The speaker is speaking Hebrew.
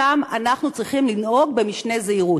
שם אנחנו צריכים לנהוג במשנה זהירות.